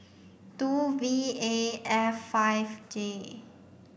two V A F five J